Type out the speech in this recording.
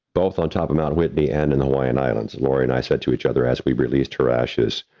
both on top of mount whitney and in the hawaiian islands. laurie and i said to each other as we released her ashes,